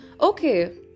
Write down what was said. Okay